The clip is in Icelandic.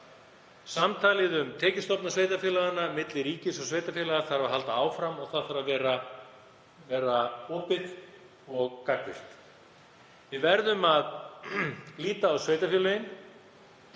Samtalið um tekjustofna sveitarfélaganna milli ríkis og sveitarfélaga þarf að halda áfram og það þarf að vera opið og gagnvirkt. Við verðum að líta á sveitarfélögin